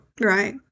Right